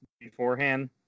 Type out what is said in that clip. beforehand